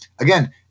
again